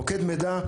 מוקד מידע,